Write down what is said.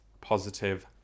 positive